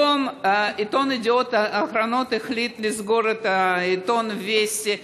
היום העיתון ידיעות אחרונות החליט לסגור את העיתון וסטי.